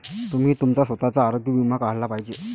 तुम्ही तुमचा स्वतःचा आरोग्य विमा काढला पाहिजे